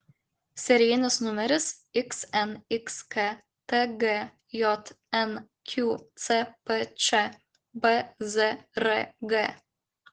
serijinis numeris xnxk tgjn qcpč bzrg